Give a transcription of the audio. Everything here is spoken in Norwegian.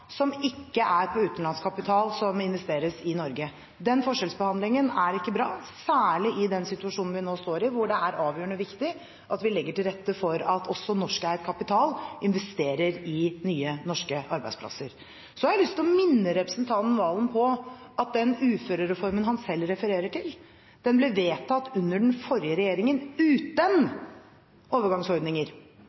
som ikke er på utenlandsk kapital som investeres i Norge. Den forskjellsbehandlingen er ikke bra, særlig i den situasjonen vi nå står i, hvor det er avgjørende viktig at vi legger til rette for at også norskeid kapital investerer i nye norske arbeidsplasser. Så har jeg lyst til å minne representanten Serigstad Valen på at den uførereformen han selv refererer til, ble vedtatt under den forrige regjeringen uten overgangsordninger.